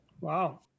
Wow